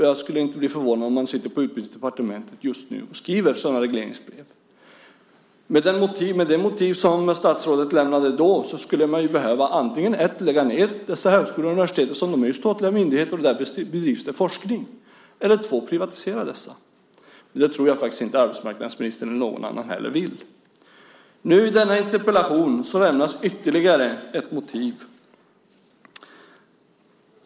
Jag skulle inte bli förvånad om man sitter på Utbildningsdepartementet just nu och skriver sådana regleringsbrev. Med det motiv som statsrådet då lämnade skulle man ju behöva antingen lägga ned dessa högskolor och universitet, eftersom de är statliga myndigheter och det där bedrivs forskning, eller privatisera dessa. Det tror jag faktiskt inte att arbetsmarknadsministern och inte heller någon annan vill. I denna interpellationsdebatt lämnas ytterligare ett motiv.